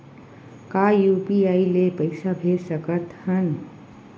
का यू.पी.आई ले पईसा भेज सकत हन?